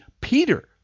Peter